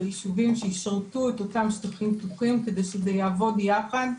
ביישובים שישרתו את אותם שטחים פתוחים כדי שזה יעבוד יחד,